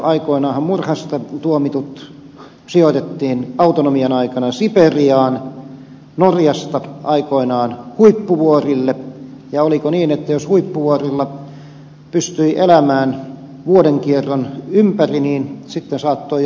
aikoinaanhan murhasta tuomitut sijoitettiin autonomian aikana siperiaan norjasta aikoinaan huippuvuorille ja oliko niin että jos huippuvuorilla pystyi elämään vuodenkierron ympäri sitten saattoi jopa vapautua